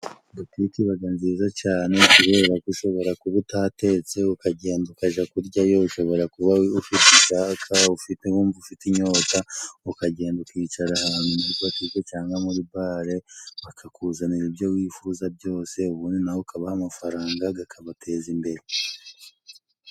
Butiki ibaga nziza cane kuberako ushobora kuba utatetse ukagenda ukaja kuryayo, ushobora kuba ufite icaka ufite wumva ufite inyota ,ukagenda ukicara ahantu muri butike cangwa muri bare bakakuzanira ibyo wifuza byose ubundi nawe ukabaha amafaranga gakabateza imbere.